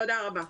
תודה רבה.